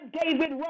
David